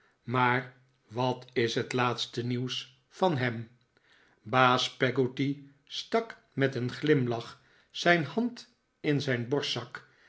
maar wat is het laatste nieuws van hem baas peggotty stak met een glimlach zijn hand in zijn borstzak